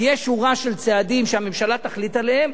כי יש שורה של צעדים שהממשלה תחליט עליהם,